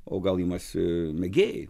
o gal imasi mėgėjai